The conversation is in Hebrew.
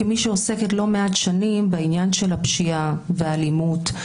כמי שעוסקת לא מעט שנים בעניין הפשיעה והאלימות,